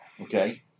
Okay